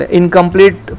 incomplete